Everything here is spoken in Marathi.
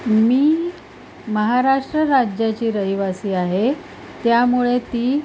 मी महाराष्ट्र राज्याची रहिवासी आहे त्यामुळे ती